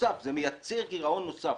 וזה דבר שמייצר גירעון נוסף